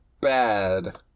bad